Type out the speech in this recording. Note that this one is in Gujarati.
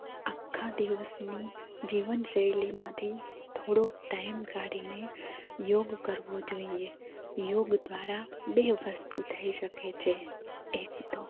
આખા દિવસની જીવનશૈલીમાંથી થોડોક ટાઈમ કાઢીને યોગ કરવો જોઈએ યોગ દ્વારા બે વસ્તુ થઈ શકે છે એક તો